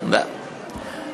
תקרא לי "כבוד הנשיא".